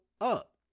up